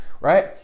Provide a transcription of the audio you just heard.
right